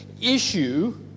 issue